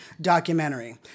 documentary